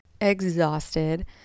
exhausted